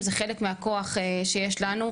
זה חלק מהכוח שיש לנו,